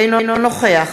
אינו נוכח